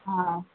ஆ